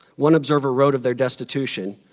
one observer wrote of their destitution,